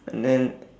and then